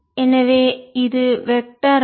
எனவே இது vector R